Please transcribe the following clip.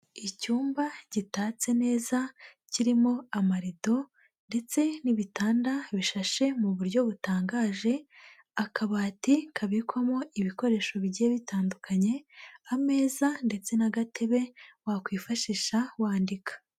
Icyumba gitatse neza kirimo amarido ndetse n'ibitanda bishashe mu buryo butangaje, akabati kabikwamo ibikoresho bigiye bitandukanye, ameza ndetse n'agatebe wakwifashisha wandika.